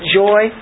joy